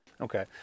Okay